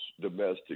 domestic